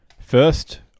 first